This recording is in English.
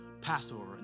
Passover